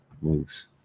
moves